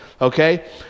okay